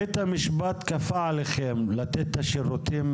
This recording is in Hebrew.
בית המשפט כפה עליכם לתת את השירותים